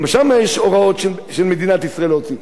גם שם יש הוראות של מדינת ישראל להוציא.